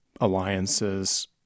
alliances